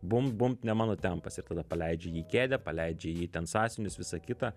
bum bum ne mano tempas ir tada paleidžia į jį kėdę paleidžia į jį ten sąsiuvinius visa kita